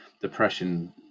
depression